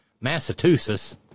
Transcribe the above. Massachusetts